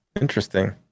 interesting